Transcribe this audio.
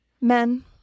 Men